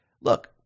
Look